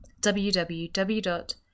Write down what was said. www